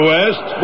West